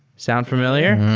sound familiar?